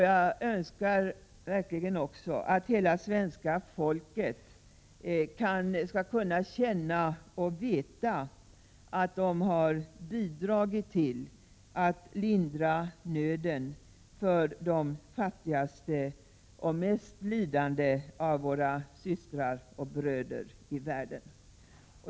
Jag önskar verkligen också att hela svenska folket skall kunna känna och veta att det har bidragit till att lindra nöden för de fattigaste och mest lidande av våra systrar och bröder i världen.